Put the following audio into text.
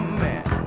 man